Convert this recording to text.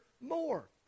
more